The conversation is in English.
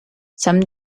some